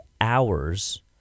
hours